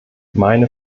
meine